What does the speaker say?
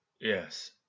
Yes